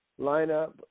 lineup